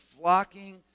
flocking